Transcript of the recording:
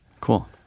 Cool